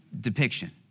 depiction